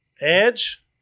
Edge